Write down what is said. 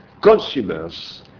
consumers